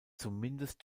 zumindest